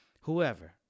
whoever